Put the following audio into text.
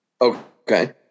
Okay